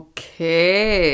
Okay